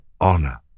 honor